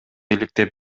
иликтеп